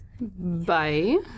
Bye